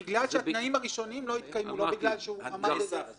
תראי שיש שני מצבים: מצב אחד שבו הבקשה לביטול הוגשה בתוך ה-30 ימים.